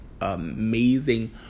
amazing